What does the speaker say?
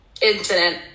Incident